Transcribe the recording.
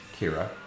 Kira